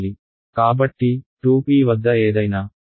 కాబట్టి 2 p వద్ద ఏదైనా